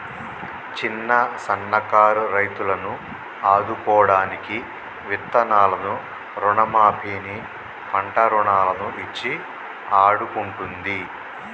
చిన్న సన్న కారు రైతులను ఆదుకోడానికి విత్తనాలను రుణ మాఫీ ని, పంట రుణాలను ఇచ్చి ఆడుకుంటుంది